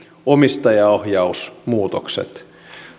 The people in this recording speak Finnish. omistajaohjausmuutokset